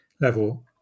level